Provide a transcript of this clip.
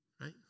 Right